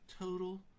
total